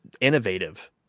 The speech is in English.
innovative